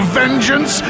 vengeance